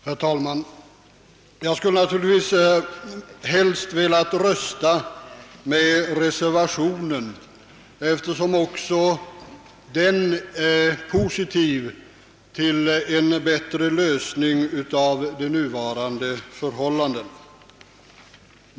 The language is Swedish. Herr talman! Jag skulle naturligtvis helst ha velat rösta på reservation nr 1, eftersom också den är positiv till en förbättring av de nuvarande förhållandena.